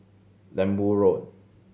Lembu Road